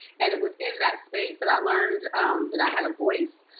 and it was in that space that i learned that i had a voice.